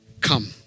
come